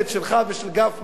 שלך ושל גפני,